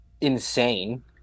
insane